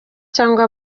cyangwa